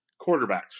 quarterbacks